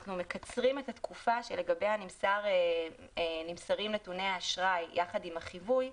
אנחנו מקצרים את התקופה שלגביה נמסרים נתוני האשראי יחד עם החיווי,